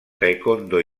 taekwondo